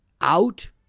out